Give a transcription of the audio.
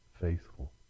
faithful